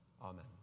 Amen